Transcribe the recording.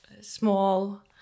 small